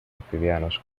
cotidianos